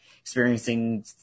experiencing